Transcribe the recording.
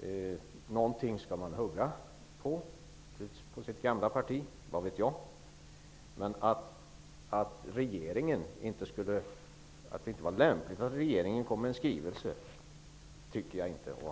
det skall huggas på något i ens gamla parti. Vad vet jag? Men att det inte är lämpligt att regeringen kommer med en skrivelse har jag aldrig påstått.